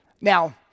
Now